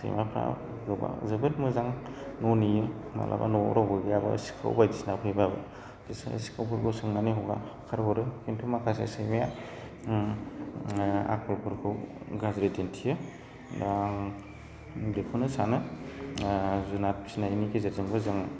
सैमाफ्रा गोबां जोबोद मोजां न' नेयो माब्लाबा न'आव रावबो गैयाबा सिखाव बायदिसिना फैबाबो सिखावफोरखौ सोंनानै होखार हरो खिन्थु माखासे सैमाया आखलफोरखौ गाज्रि दिन्थियो बेखौनो सानो जुनार फिनायनि गेजेरजोंबो जों